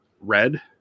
red